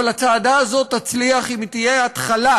אבל הצעדה הזאת תצליח אם היא תהיה התחלה,